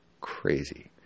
Crazy